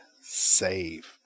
save